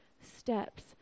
steps